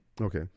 Okay